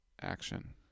Action